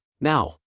Now